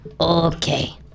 Okay